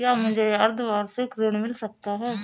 क्या मुझे अर्धवार्षिक ऋण मिल सकता है?